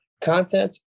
content